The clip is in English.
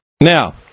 Now